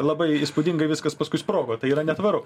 labai įspūdingai viskas paskui sprogo tai yra netvaru